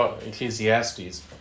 Ecclesiastes